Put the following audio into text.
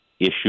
issue